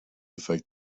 affect